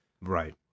Right